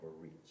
reach